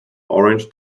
orange